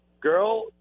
girl